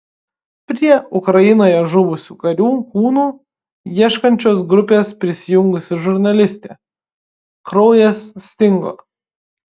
prie ukrainoje žuvusių karių kūnų ieškančios grupės prisijungusi žurnalistė kraujas stingo